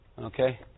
Okay